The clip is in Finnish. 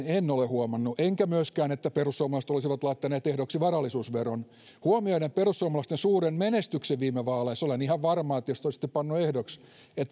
en ole huomannut enkä myöskään sitä että perussuomalaiset olisivat laittaneet ehdoksi varallisuusveron huomioiden perussuomalaisten suuren menestyksen viime vaaleissa olen ihan varma että jos te olisitte panneet ehdoksi